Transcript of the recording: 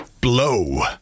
Blow